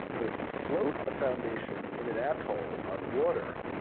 but if you float a foundation in an atoll on water,